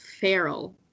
feral